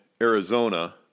Arizona